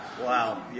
Wow